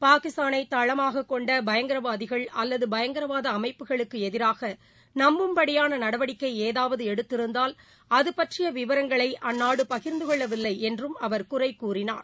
பாகிஸ்தானைதலமாககொண்டபயங்கரவாதிகள் அல்லது பயங்கரவாத அமைப்புகளுக்குஎதிராகநம்பும்படியானநடவடிக்கைஏதாவதுஎடுத்திருந்தால் அதுபற்றியவிவரங்களைஅந்நாடுபகிர்ந்துகொள்ளவில்லைஎன்றும் அவர் குறைகூறினார்